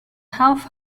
half